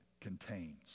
contains